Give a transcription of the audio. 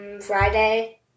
Friday